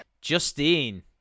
Justine